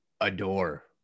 adore